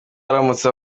aramutse